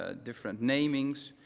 ah different namings.